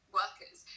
workers